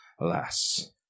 alas